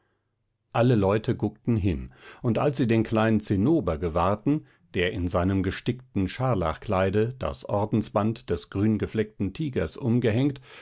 alle leute guckten hin und als sie den kleinen zinnober gewahrten der in seinem gestickten scharlachkleide das ordensband des grüngefleckten tigers umgehängt